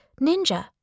ninja